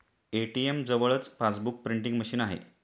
ATM जवळच passbook printing machine आहे